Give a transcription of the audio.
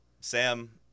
Sam